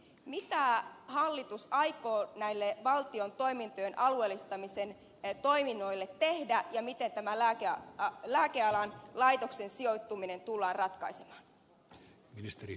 mitä hallitus aikoo näille valtion toimintojen alueellistamisen toiminnoille tehdä ja miten tämä lääkealan laitoksen sijoittuminen tullaan ratkaisemaan